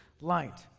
light